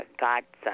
godson